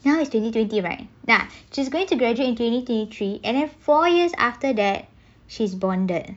now is twenty twenty right that she's going to graduate in twenty twenty three and then four years after that she's bonded